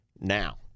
now